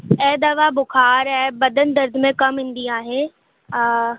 ऐं दवा बुखार ऐं बदन दर्द में कमु ईंदी अहे